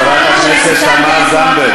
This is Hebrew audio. חברת הכנסת תמר זנדברג,